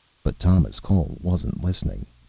but thomas cole wasn't listening.